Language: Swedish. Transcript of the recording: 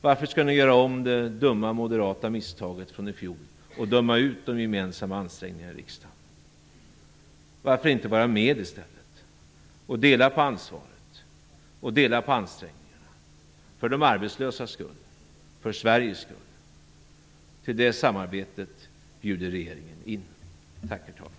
Varför skall ni göra om det dumma moderata misstaget från i fjol och döma ut de gemensamma ansträngningarna i riksdagen? Varför inte i stället vara med och dela på ansvaret och ansträngningarna, för de arbetslösas skull och för Sveriges skull? Till det samarbetet bjuder regeringen in. Tack, herr talman!